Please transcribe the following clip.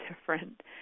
different